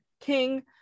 king